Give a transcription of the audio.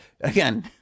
again